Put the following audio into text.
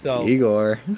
Igor